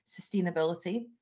sustainability